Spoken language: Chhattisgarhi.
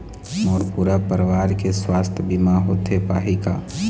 मोर पूरा परवार के सुवास्थ बीमा होथे पाही का?